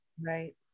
right